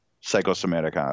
psychosomatic